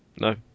No